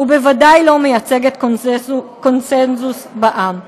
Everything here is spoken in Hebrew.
ובוודאי לא מייצגת קונסנזוס בעם.